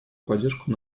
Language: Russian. поддержку